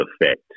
effect